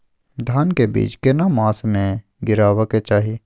धान के बीज केना मास में गीरावक चाही?